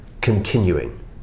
continuing